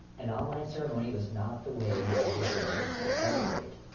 an online ceremony was not the way we were hoping to celebrate,